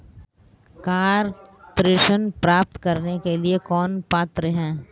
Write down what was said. Car ऋण प्राप्त करने के लिए कौन पात्र है?